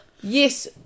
Yes